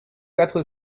quatre